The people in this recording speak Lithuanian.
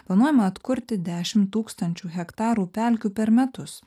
planuojama atkurti dešimt tūkstančių hektarų pelkių per metus